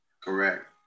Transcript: Correct